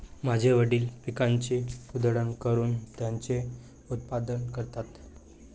माझे वडील पिकाची उधळण करून त्याचे उत्पादन करतात